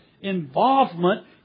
involvement